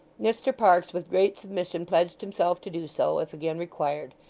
mr parkes with great submission pledged himself to do so, if again required,